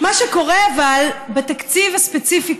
אבל מה שקורה בתקציב הספציפי,